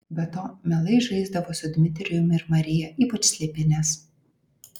be to mielai žaisdavo su dmitrijumi ir marija ypač slėpynes